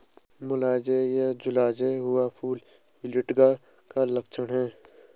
मुरझाया या झुलसा हुआ फूल विल्टिंग का लक्षण है